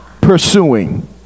pursuing